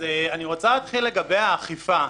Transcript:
אני רוצה להתחיל לדבר על האכיפה.